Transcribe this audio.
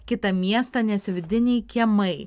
kitą miestą nes vidiniai kiemai